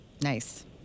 nice